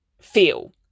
feel